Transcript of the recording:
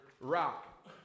rock